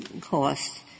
cost